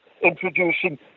introducing